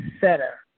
setter